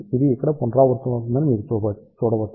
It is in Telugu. ఇది ఇక్కడ పునరావృతమవుతుందని మీరు చూడవచ్చు